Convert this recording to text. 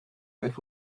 out